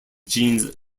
genes